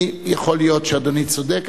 יכול להיות שאדוני צודק.